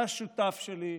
אתה שותף שלי,